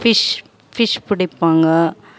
fish fish பிடிப்பாங்க